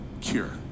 cure